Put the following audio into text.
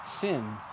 sin